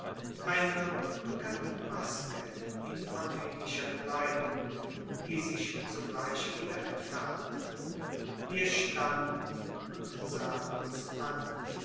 eine unbekannte maske in armenischer kleidung die sich sogleich wieder entfernte wir standen und sahen uns an